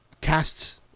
casts